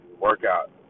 workout